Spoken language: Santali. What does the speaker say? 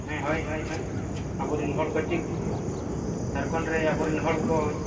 ᱦᱮᱸ ᱦᱳᱭ ᱦᱳᱭ ᱦᱳᱭ ᱟᱵᱚᱨᱮᱱ ᱦᱚᱲᱠᱚ ᱪᱮᱫ ᱡᱷᱟᱲᱠᱷᱚᱸᱰᱨᱮ ᱟᱵᱚᱨᱮᱱ ᱦᱚᱲᱠᱚ